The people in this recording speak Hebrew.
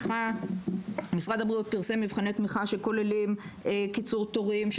משרד הבריאות פרסם מבחני תמיכה שכוללים קיצור תורים,